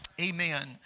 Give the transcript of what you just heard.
Amen